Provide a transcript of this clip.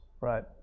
Right